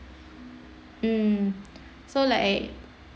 mm so like I